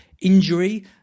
injury